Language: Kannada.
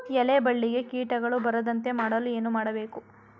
ಎಲೆ ಬಳ್ಳಿಗೆ ಕೀಟಗಳು ಬರದಂತೆ ಮಾಡಲು ಏನು ಮಾಡಬೇಕು?